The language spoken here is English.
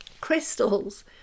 crystals